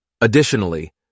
Additionally